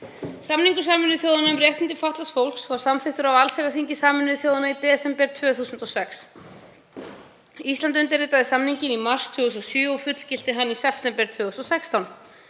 Samningur Sameinuðu þjóðanna um réttindi fatlaðs fólks var samþykktur á allsherjarþingi Sameinuðu þjóðanna í desember 2006. Ísland undirritaði samninginn í mars 2007 og fullgilti hann í september 2016.